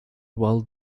well